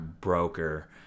broker